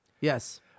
Yes